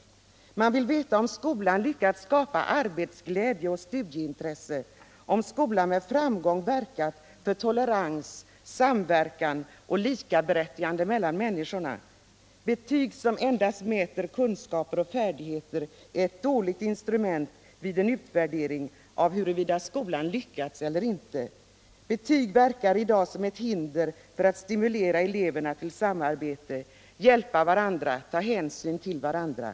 Man vill veta om skolan lyckats skapa arbetsglädje och studicintresse samt om skolan med framgång verkat för tolerans, samverkan och likaberättigande mellan människorna. Betyg som endast mäter kunskaper och färdigheter är dåliga instrument vid en utvärdering av huruvida skolan lyckats eller inte. Betyg verkar i dag som ett hinder för att stimulera eleverna att samarbeta, hjälpa varandra och ta hänsyn till varandra.